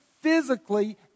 physically